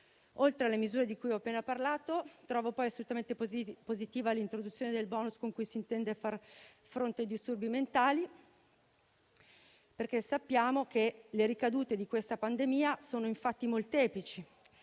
Oltre alle misure di cui ho appena parlato, trovo poi assolutamente positiva l'introduzione del *bonus* con cui si intende far fronte ai disturbi mentali, perché sappiamo che le ricadute di questa pandemia sono molteplici